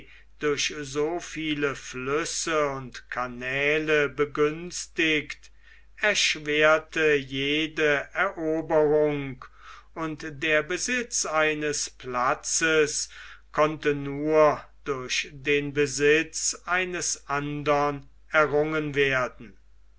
durch so viele flüsse und canäle begünstigt erschwerte jede eroberung und der besitz eines platzes konnte nur durch den besitz eines andern errungen werden